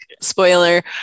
spoiler